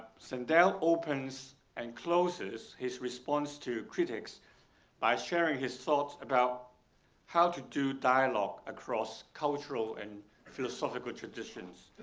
sandel opens and closes his response to critics by sharing his thoughts about how to do dialogue across cultural and philosophical traditions.